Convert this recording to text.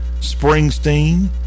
Springsteen